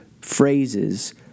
phrases